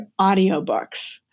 audiobooks